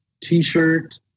t-shirt